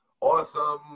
Awesome